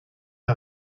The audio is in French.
n’a